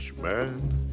man